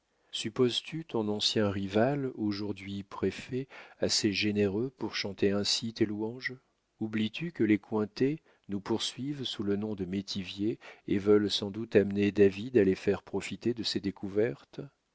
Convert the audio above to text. supposes tu ton ancien rival aujourd'hui préfet assez généreux pour chanter ainsi tes louanges oublies tu que les cointet nous poursuivent sous le nom de métivier et veulent sans doute amener david à les faire profiter de ses découvertes